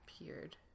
appeared